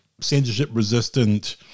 censorship-resistant